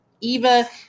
Eva